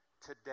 today